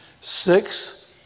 six